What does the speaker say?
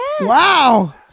wow